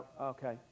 Okay